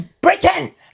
Britain